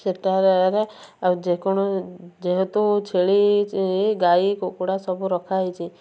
ସେଠାରେ ଆଉ ଯେହେତୁ ଛେଳି ଗାଈ କୁକୁଡ଼ା ସବୁ ରଖା ହେଇଛି